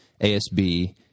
ASB